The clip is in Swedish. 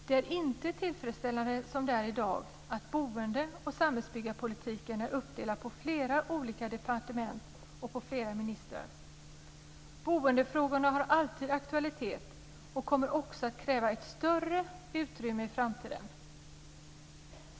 Det är inte tillfredsställande som det är i dag att boende och samhällsbyggarpolitik är uppdelat på flera olika departement och på flera ministrar. Boendefrågor har alltid aktualitet och kommer också att kräva ett större utrymme i framtiden.